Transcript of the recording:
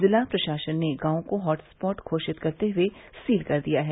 जिला प्रशासन ने गांव को हॉटस्पॉट घोषित करते हुए सील कर दिया है